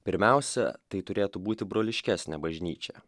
pirmiausia tai turėtų būti broliškesnė bažnyčia